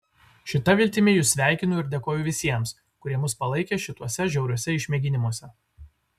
šita viltimi jus sveikinu ir dėkoju visiems kurie mus palaikė šituose žiauriuose išmėginimuose